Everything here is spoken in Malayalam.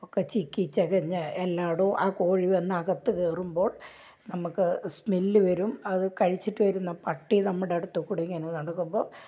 ഒക്കെ ചിക്കി ചികഞ്ഞ് എല്ലായിടവും ആ കോഴി വന്ന് അകത്ത് കയറുമ്പോൾ നമുക്ക് സ്മെല്ല് വരും അത് കഴിച്ചിട്ട് വരുന്ന പട്ടി നമ്മുടെ അടുത്ത് കൂടി ഇങ്ങനെ നടക്കുമ്പോൾ